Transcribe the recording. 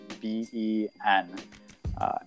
B-E-N